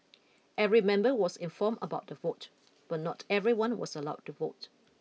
every member was informed about the vote but not everyone was allowed to vote